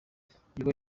igikorwa